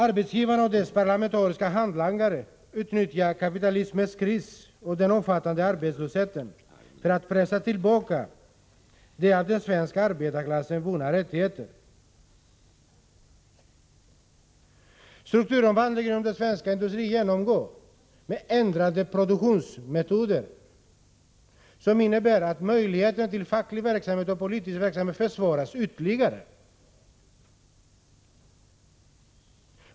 Arbetsgivarna och deras parlamentariska hantlangare utnyttjar kapitalismens kris och den omfattande arbetslösheten för att pressa tillbaka av den svenska arbetarklassen vunna rättigheter. Den strukturomvandling som den svenska industrin genomgår med ändrade produktionsmetoder innebär att möjligheterna till facklig och politisk verksamhet försvåras ytterligare.